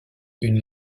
une